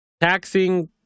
Taxing